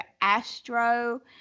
astro